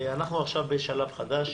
אנחנו עכשיו בשלב חדש